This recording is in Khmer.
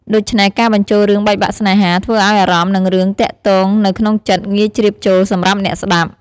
ដូច្នេះ ការបញ្ជូលរឿងបែកបាក់ស្នេហា ធ្វើឲ្យអារម្មណ៍ និងរឿងទាក់ទងនៅក្នុងចិត្ត ងាយជ្រាបចូលសម្រាប់អ្នកស្តាប់។